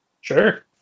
Sure